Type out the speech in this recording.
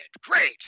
great